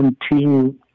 continue